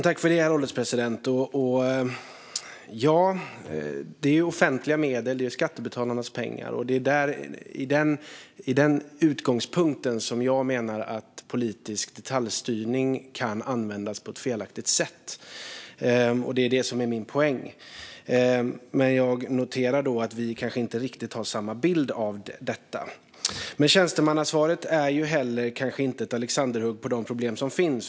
Herr ålderspresident! Det handlar om offentliga medel - skattebetalarnas pengar. Med den utgångspunkten menar jag att politisk detaljstyrning kan användas på ett felaktigt sätt. Det är det som är min poäng. Men jag noterar att vi kanske inte har riktigt samma bild av detta. Tjänstemannaansvaret är kanske inte heller ett alexanderhugg på de problem som finns.